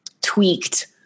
tweaked